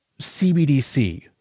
CBDC